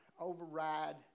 override